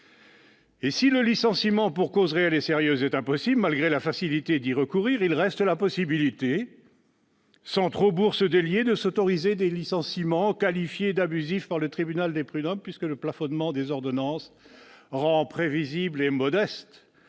Si le licenciement pour cause réelle et sérieuse est impossible, malgré la facilité qu'il y a à y recourir, il reste la possibilité, sans trop bourse délier, de s'autoriser des licenciements qualifiés d'abusifs par le tribunal de prud'hommes, puisque le plafonnement des dommages et intérêts